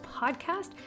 podcast